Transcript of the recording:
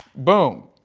boom!